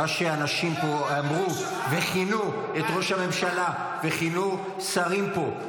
מה שאנשים פה אמרו וכינו את ראש הממשלה וכינו שרים פה,